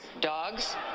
dogs